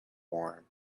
warm